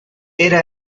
era